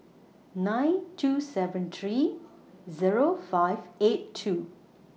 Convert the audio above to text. nine two seven three Zero five eight two